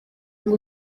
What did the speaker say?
ngo